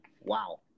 Wow